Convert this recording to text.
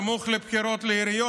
סמוך לבחירות לעיריות.